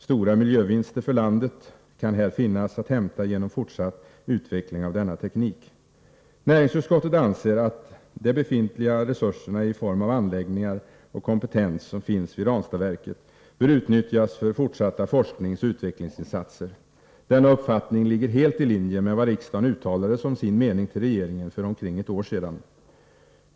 Stora miljövinster för landet kan här finnas att hämta genom fortsatt utveckling av denna teknik. Näringsutskottet anser att de befintliga resurserna i form av anläggningar och kompetens som finns vid Ranstadsverket bör utnyttjas för fortsatta forskningsoch utvecklingsinsatser. Denna uppfattning ligger helt i linje med vad riksdagen uttalade som sin mening till regeringen för omkring ett år sedan.